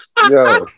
Yo